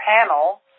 panel